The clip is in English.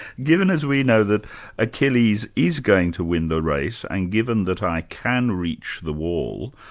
given as we know that achilles is going to win the race and given that i can reach the wall,